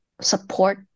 support